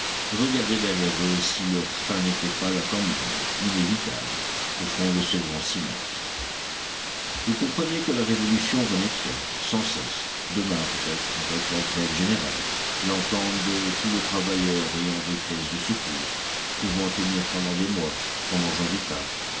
regardaient derrière eux si leur fin n'était pas là quand même inévitable au fond de ce grand silence ils comprenaient que la révolution renaîtrait sans cesse demain peut-être avec la grève générale l'entente de tous les travailleurs ayant des caisses de secours pouvant tenir pendant des mois en mangeant du pain